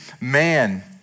man